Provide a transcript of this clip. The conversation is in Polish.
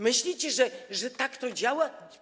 Myślicie, że tak to działa?